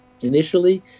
Initially